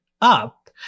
up